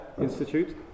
Institute